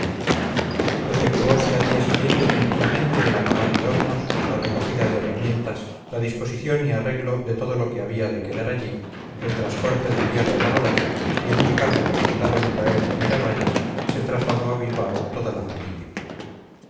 tabique efectuose al siguiente día tranquilamente el apagar de hornos la recogida de herramientas la disposición y arreglo de todo lo que había de quedar allí el transporte del hierro elaborado y en un carro que mandaron traer de miravalles se trasladó a bilbao toda la familia